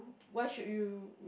what should you